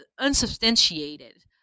unsubstantiated